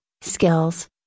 skills